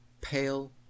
pale